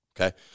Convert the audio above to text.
Okay